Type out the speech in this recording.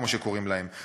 כמו שקוראים להם,